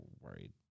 worried